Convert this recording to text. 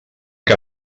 que